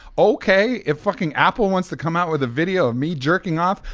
okay. if fucking apple wants to come out with a video of me jerking off,